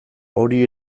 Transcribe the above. hori